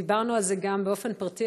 דיברנו על זה גם באופן פרטי,